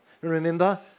remember